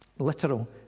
literal